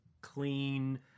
clean